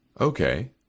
Okay